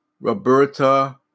Roberta